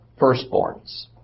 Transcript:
firstborns